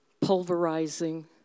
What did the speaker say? pulverizing